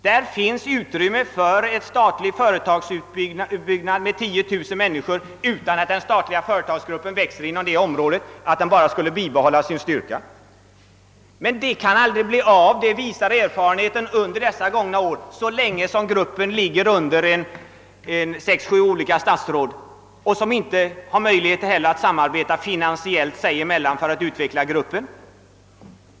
Där finns utrymme för en statlig företagsutbyggnad med 10000 människor utan att den statliga företagsgruppen växer, den behöver bara bibehålla sin styrka. Det kan emellertid inte bli verklighet, det visar erfarenheterna under de gångna åren, så länge gruppen ligger under sex—Ssju olika statsråd, som inte har möjlighet att samarbeta finansiellt sinsemellan för att utveckla gruppen.